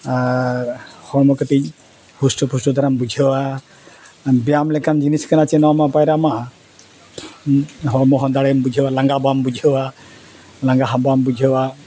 ᱟᱨ ᱦᱚᱲᱢᱚ ᱠᱟᱹᱴᱤᱡ ᱦᱩᱥᱴᱚ ᱯᱩᱥᱴᱚ ᱫᱷᱟᱨᱟᱢ ᱵᱩᱡᱷᱟᱹᱣᱟ ᱵᱮᱭᱟᱢ ᱞᱮᱠᱟᱱ ᱡᱤᱱᱤᱥ ᱠᱟᱱᱟ ᱪᱮ ᱱᱚᱣᱟ ᱢᱟ ᱯᱟᱭᱨᱟᱜ ᱢᱟ ᱦᱚᱲᱢᱚ ᱦᱚᱸ ᱫᱟᱲᱮᱢ ᱵᱩᱡᱷᱟᱹᱣᱟ ᱞᱟᱸᱜᱟ ᱵᱟᱢ ᱵᱩᱡᱷᱟᱹᱣᱟ ᱞᱟᱸᱜᱟ ᱦᱚᱸ ᱵᱟᱢ ᱵᱩᱡᱷᱟᱹᱣᱟ